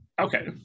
Okay